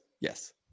yes